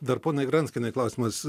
dar poniai granskienei klausimas